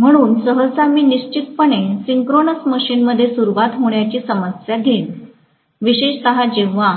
म्हणून सहसा मी निश्चितपणे सिंक्रोनस मशीनमध्ये सुरवात होण्याची समस्या घेईनविशेषत जेव्हा